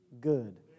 good